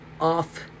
off